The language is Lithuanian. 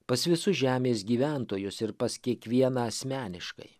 pas visus žemės gyventojus ir pas kiekvieną asmeniškai